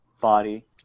body